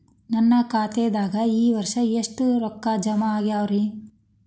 ನನ್ನ ಖಾತೆದಾಗ ಈ ವರ್ಷ ಎಷ್ಟು ರೊಕ್ಕ ಜಮಾ ಆಗ್ಯಾವರಿ?